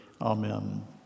Amen